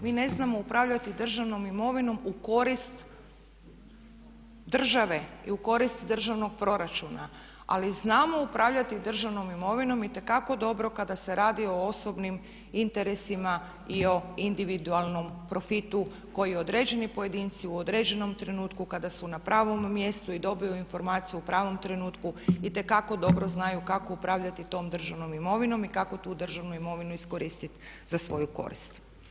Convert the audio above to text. Mi ne znamo upravljati državnom imovinom u korist države i u korist državnog proračuna ali znamo upravljati državnom imovinom itekako dobro kada se radi o osobnim interesima i o individualnom profitu koji određeni pojedinci u određenom trenutku kada su na pravom mjestu i dobiju informaciju u pravom trenutku itekako dobro znaju kako upravljati tom državnom imovinom i kako tu državnu imovinu iskoristiti za svoju korist.